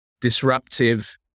disruptive